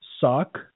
suck